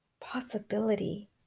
possibility